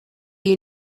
you